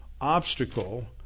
obstacle